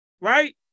right